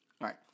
Right